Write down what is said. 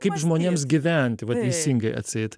kaip žmonėms gyventi va teisingai atseit